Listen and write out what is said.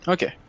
Okay